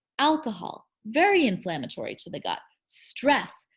alcohol, very inflammatory to the gut. stress,